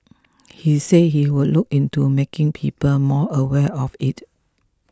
he said he would look into making people more aware of it